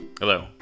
Hello